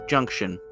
Junction